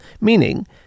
meaning